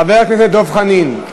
חבר הכנסת דב חנין,